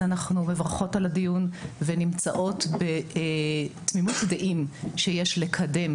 אז אנחנו מברכות על הדיון ונמצאות בתמימות דעים שיש לקדם,